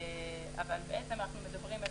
אבל אנחנו מדברים על